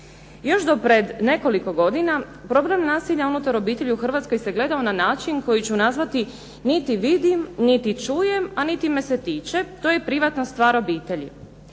Još do pred nekoliko godina problema nasilja unutar obitelji u Hrvatskoj se gledao na način koji ću nazvati "niti vidim, niti čujem a niti me se tiče, to je privatna stvar obitelji".